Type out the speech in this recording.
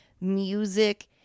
music